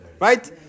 Right